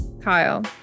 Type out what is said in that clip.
Kyle